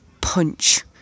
punch